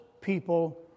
people